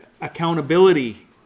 accountability